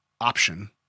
option